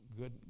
good